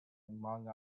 among